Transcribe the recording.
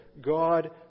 God